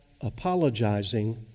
apologizing